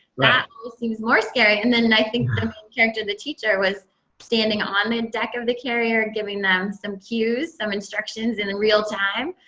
that seems more scary. and then, i think the main character, the teacher, was standing on the and deck of the carrier giving them some cues, some instructions in real time.